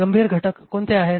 गंभीर घटक कोणते आहेत